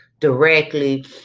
directly